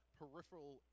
peripheral